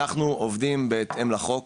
אנחנו עובדים בהתאם לחוק.